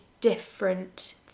different